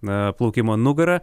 na plaukimą nugara